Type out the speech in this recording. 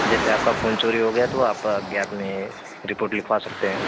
जैसे आपका फोन चोरी हो गया तो आप अज्ञात में रिपोट लिखवा सकते हैं